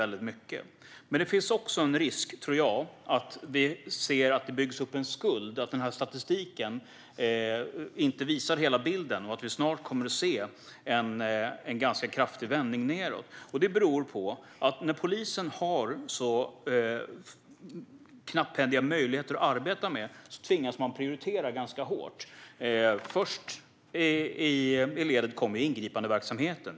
Men jag tror att det också finns en risk för att det byggs upp en skuld och att denna statistik inte visar hela bilden och att vi snart kommer att se en ganska kraftig vändning nedåt. Det beror på att när polisen har så knapphändiga möjligheter att arbeta tvingas man prioritera ganska hårt. Först i ledet kommer ingripandeverksamheten.